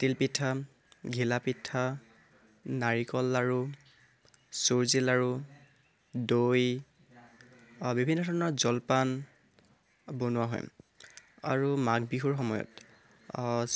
তিল পিঠা ঘিলা পিঠা নাৰিকল লাৰু চুজি লাৰু দৈ আৰু বিভিন্ন ধৰণৰ জলপান বনোৱা হয় আৰু মাঘ বিহুৰ সময়ত